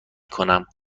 کنم